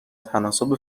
تناسب